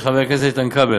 של חבר הכנסת איתן כבל.